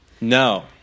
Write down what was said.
No